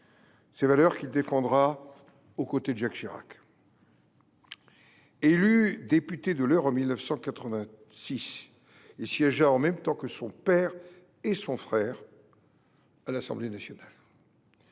sa vie et qu’il défendra aux côtés de Jacques Chirac. Élu député de l’Eure en 1986, il siégea en même temps que son père et son frère à l’Assemblée nationale.